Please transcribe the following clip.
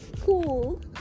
cool